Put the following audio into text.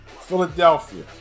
Philadelphia